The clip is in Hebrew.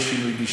יש שינוי גישה.